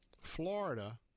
Florida